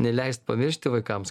neleist pamiršti vaikams